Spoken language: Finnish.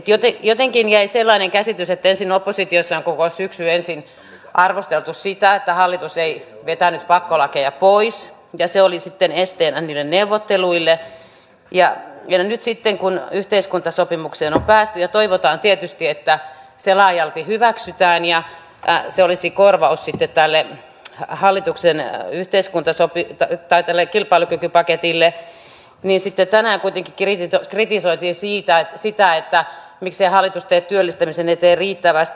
elikkä jotenkin jäi sellainen käsitys että ensin oppositiossa on koko syksy arvosteltu sitä että hallitus ei vetänyt pakkolakeja pois ja se oli sitten esteenä niille neuvotteluille ja nyt kun yhteiskuntasopimukseen on päästy ja toivotaan tietysti että se laajalti hyväksytään ja se olisi korvaus tälle hallituksen kilpailukykypaketille sitten tänään kuitenkin kritisoitiin sitä miksei hallitus tee työllistämisen eteen riittävästi